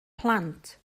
plant